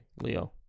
Leo